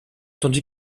tandis